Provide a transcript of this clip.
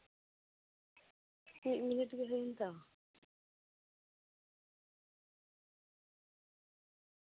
ᱪᱮᱫ ᱱᱤᱭᱮ ᱛᱮᱜᱮ ᱵᱟᱹᱧ ᱦᱟᱛᱟᱣᱟ